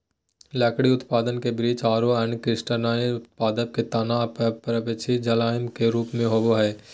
लकड़ी उत्पादन ले वृक्ष आरो अन्य काष्टजन्य पादप के तना मे परवर्धी जायलम के रुप मे होवअ हई